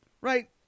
right